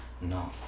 No